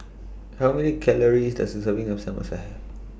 How Many Calories Does A Serving of Samosa Have